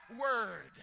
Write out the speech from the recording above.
word